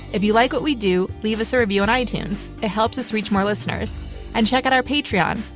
if you like what we do, leave us a review on itunes. it helps us reach more listeners and check out our patreon,